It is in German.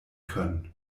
können